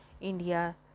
India